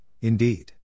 Indeed